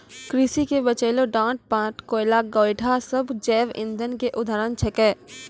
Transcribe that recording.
कृषि के बचलो डांट पात, कोयला, गोयठा सब जैव इंधन के उदाहरण छेकै